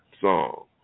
song